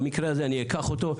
במקרה הזה אני אקח אותו,